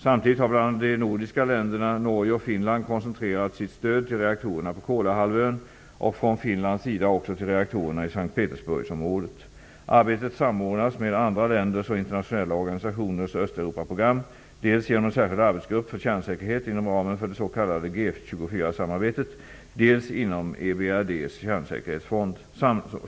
Samtidigt har bl.a. de nordiska länderna Norge och Finland koncentrerat sitt stöd till reaktorerna på Kolahalvön och från Finlands sida också till reaktorerna i S:t Petersburgsområdet. Arbetet samordnas med andra länders och internationella organisationers Östeuropaprogram, dels genom en särskild arbetsgrupp för kärnsäkerhet inom ramen för det s.k. G 24 samarbetet, dels inom EBRD:s kärnsäkerhetsfond.